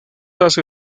hace